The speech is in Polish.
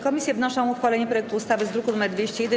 Komisje wnoszą o uchwalenie projektu ustawy z druku nr 201.